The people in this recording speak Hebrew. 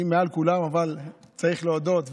היא מעל כולם, אבל צריך להודות.